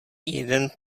jeden